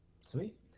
Sweet